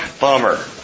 bummer